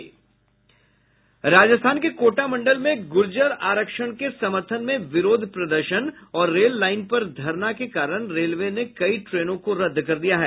राजस्थान के कोटा मंडल में गुर्जर आरक्षण के समर्थन में विरोध प्रदर्शन और रेल लाईन पर धरना के कारण रेलवे ने कई ट्रेनों को रद्द कर दिया है